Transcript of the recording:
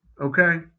Okay